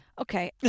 Okay